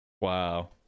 wow